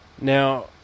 now